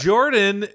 Jordan